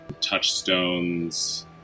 touchstones